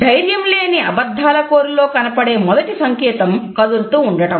ధైర్యం లేని అబద్దాలకోరులో కనపడే మొదటి సంకేతం కదులుతూఉండడం